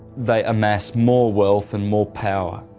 they amass more wealth and more power